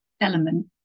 element